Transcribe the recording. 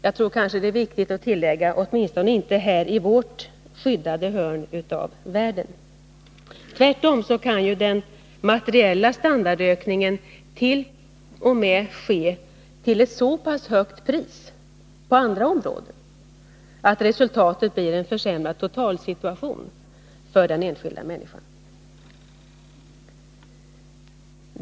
Jag tror det är viktigt att tillägga: åtminstone inte här i vårt skyddade hörn av världen. Tvärtom kan ju den materiella standardökningen ske till ett så pass högt pris på andra områden att resultatet blir en försämrad totalsituation för den enskilda människan.